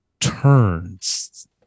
Turns